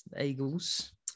Eagles